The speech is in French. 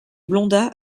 blondats